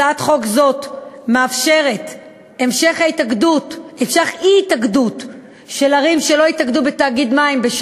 הצעת חוק זו מאפשרת המשך אי-התאגדות של ערים שלא התאגדו בתאגיד מים,